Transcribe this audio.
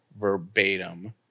verbatim